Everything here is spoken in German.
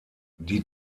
die